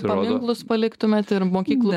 paminklus paliktumėt ir mokyklų